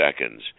seconds